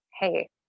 hey